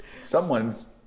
someone's